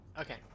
Okay